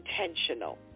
intentional